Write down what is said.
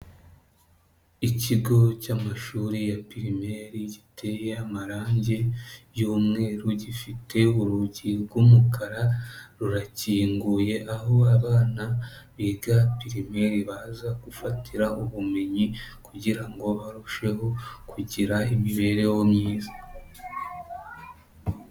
Ikigo cy'amashuri ya pirimeri giteye amarangi y'umweru, gifite urugi rw'umukara rurakinguye, aho abana biga pirimeri baza gufatira ubumenyi kugira ngo barusheho kugira imibereho myiza.